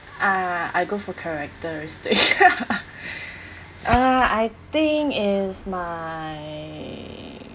ah I go for characteristic uh I think is my